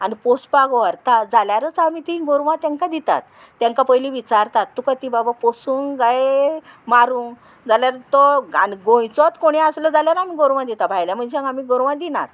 आनी पोसपाक व्हरता जाल्यारूच आमी तीं गोरवां तेंकां दितात तेंकां पयलीं विचारतात तुका तीं बाबा पोसूंक काय मारूंक जाल्यार तो आनी गोंयचोच कोणी आसलो जाल्यार आमी गोरवां दिता भायल्या मनशांक आमी गोरवां दिनात